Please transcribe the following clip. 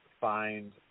find